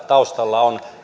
taustalla on